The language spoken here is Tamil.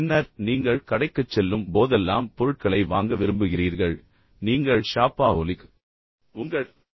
பின்னர் நீங்கள் கடைக்குச் செல்லும் போதெல்லாம் பொருட்களை வாங்க விரும்புகிறீர்கள் நீங்கள் ஷாப்பாஹோலிக் நீங்கள் ஷாப்பிங் செய்வதை விரும்புகிறீர்கள்